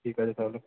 ঠিক আছে তাহলে